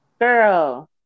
girl